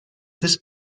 this